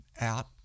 out